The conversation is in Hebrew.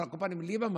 על כל פנים, ליברמן,